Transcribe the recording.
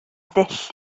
ddull